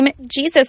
Jesus